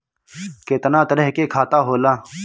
केतना तरह के खाता होला?